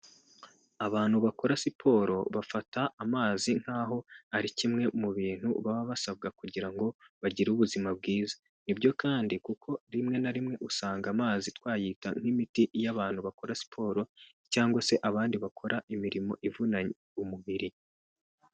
Abantu bakora siporo, bafata amazi nk'aho ari kimwe mu bintu baba basabwa kugira ngo, bagire ubuzima bwiza. Nibyo kandi, kuko rimwe na rimwe usanga amazi twayita nk'imiti y'abantu bakora siporo, cyangwa se abandi bakora imirimo ivunanye. Umubiri.